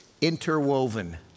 interwoven